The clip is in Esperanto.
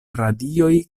radioj